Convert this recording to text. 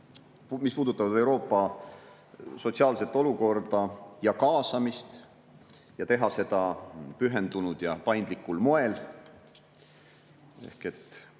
mis puudutavad Euroopa sotsiaalset olukorda ja kaasamist, ning teha seda pühendunud ja paindlikul moel. Siin